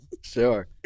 sure